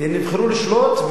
הם נבחרו לשלוט,